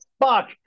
fuck